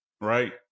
right